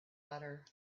butter